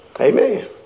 Amen